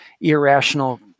irrational